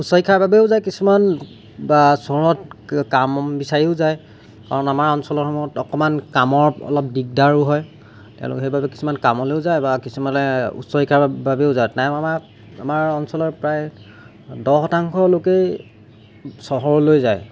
উচ্চ শিক্ষাৰ বাবেও যায় কিছুমান বা চহৰত কাম বিচাৰিও যায় কাৰণ আমাৰ অঞ্চলসমূহত অকণমান কামৰ অলপ দিগদাৰো হয় তেওঁলোকে সেইবাবে কিছুমান কামলৈও যায় বা কিছুমানে উচ্চ শিক্ষাৰ বাবেও যায় আমাৰ অঞ্চলৰ প্ৰায় দহ শতাংশ লোকেই চহৰলৈ যায়